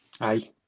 Aye